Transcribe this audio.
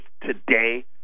today